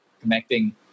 connecting